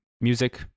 music